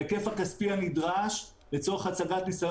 בהיקף הכספי הנדרש לצורך הצגת ניסיון